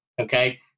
okay